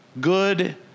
good